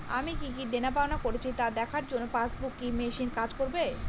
আমি কি কি দেনাপাওনা করেছি তা দেখার জন্য পাসবুক ই মেশিন কাজ করবে?